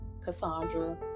Cassandra